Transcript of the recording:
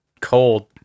cold